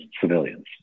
civilians